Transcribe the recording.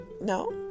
No